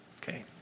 Okay